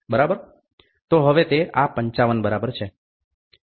તો હવે તે આ 55 બરાબર છે